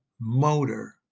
motor